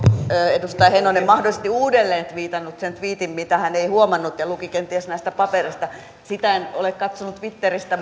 edustaja heinonen mahdollisesti uudelleen tviitannut sen tviitin mitä hän ei huomannut ja lukiko kenties näistä papereista sitä en ole katsonut twitteristä